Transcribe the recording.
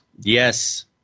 Yes